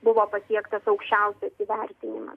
buvo pasiektas aukščiausias įvertinimas